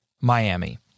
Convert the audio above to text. Miami